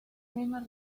misma